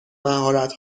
مهارت